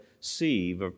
see